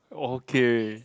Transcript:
okay